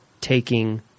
taking